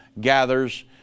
gathers